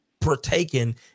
partaken